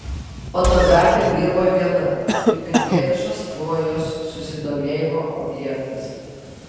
fotografė dirbo viena kaip ir vienišas buvo jos susidomėjimo objektas